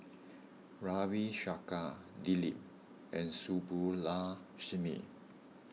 Ravi Shankar Dilip and Subbulakshmi